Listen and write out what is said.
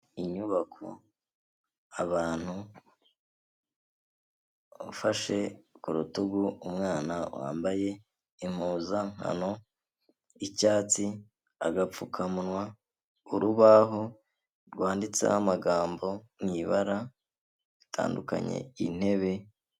Inyubako, abantu, ufashe ku rutugu umwana wambaye impuzankano y'icyatsi, agapfukamunwa, urubaho rwanditseho amagambo mu ibara ritandukanye, intebe,...